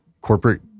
corporate